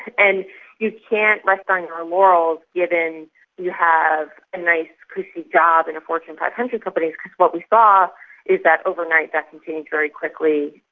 and you can't rest on your laurels given you have a nice cushy job in a fortune five hundred company, because what we saw is that overnight that can change very quickly,